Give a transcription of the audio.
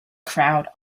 crowd